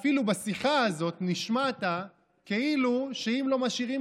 אפילו בשיחה הזאת נשמעת כאילו אם לא משאירים